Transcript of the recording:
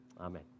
Amen